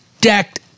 decked